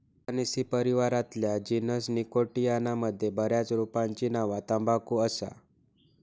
Solanaceae परिवारातल्या genus Nicotiana मध्ये बऱ्याच रोपांची नावा तंबाखू असा